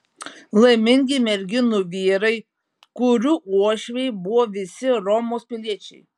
laimingi merginų vyrai kurių uošviai buvo visi romos piliečiai